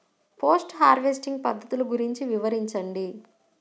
Post harvesting పద్ధతులు గురించి వివరించండి?